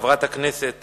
חברת הכנסת